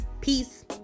peace